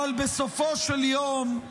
אבל בסופו של יום,